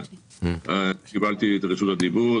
קיבלתי את רשות הדיבור.